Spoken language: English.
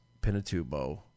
Pinatubo